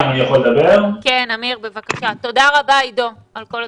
תודה רבה עידו על כל התשובות.